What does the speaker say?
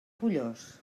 pollós